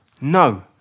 No